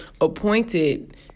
appointed